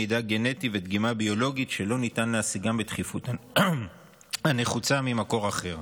מידע גנטי ודגימה ביולוגית שלא ניתן להשיגם בדחיפות הנחוצה ממקור אחר.